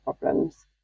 problems